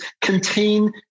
contain